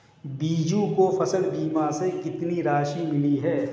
बीजू को फसल बीमा से कितनी राशि मिली है?